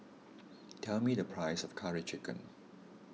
tell me the price of Curry Chicken